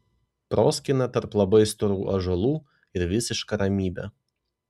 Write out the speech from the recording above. proskyna tarp labai storų ąžuolų ir visiška ramybė